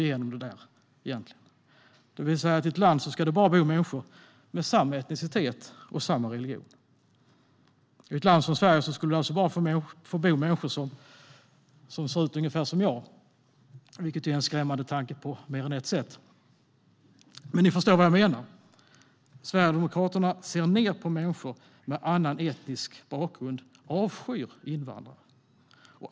I ett land ska det bara bo människor med samma etnicitet och samma religion. I ett land som Sverige ska det bara få bo människor som ser ut ungefär som jag, vilket är en skrämmande tanke på mer än ett sätt. Men ni förstår vad jag menar. Sverigedemokraterna ser ned på människor med annan etnisk bakgrund och avskyr invandrare.